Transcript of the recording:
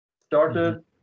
started